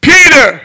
Peter